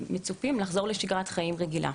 הם גם מצופים לחזור לשגרת חיים רגילה.